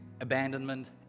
abandonment